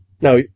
Now